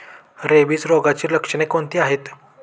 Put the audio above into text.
Rabies रोगाची लक्षणे कोणती आहेत?